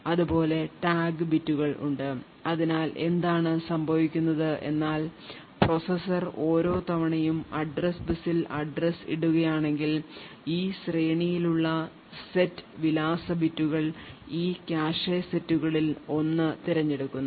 അതുപോലെ ടാഗ് ബിറ്റുകൾ ഉണ്ട് അതിനാൽ എന്താണ് സംഭവിക്കുന്നത് എന്നാൽ പ്രോസസ്സർ ഓരോ തവണയും address ബസ്സിൽ address ഇടുകയാണെങ്കിൽ ഈ ശ്രേണിയിലുള്ള സെറ്റ് വിലാസ ബിറ്റുകൾ ഈ കാഷെ സെറ്റുകളിൽ ഒന്ന് തിരഞ്ഞെടുക്കുന്നു